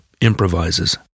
improvises